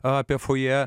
apie fojė